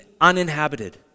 uninhabited